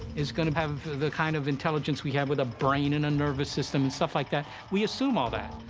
is gonna have the kind of intelligence we have, with a brain and a nervous system and stuff like that. we assume all ah that.